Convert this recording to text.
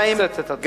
לתמצת את הדברים.